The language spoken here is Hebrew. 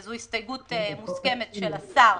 וזו הסתייגות מוסכמת של השר,